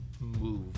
move